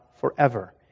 forever